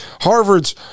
Harvard's